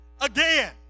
again